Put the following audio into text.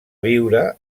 viure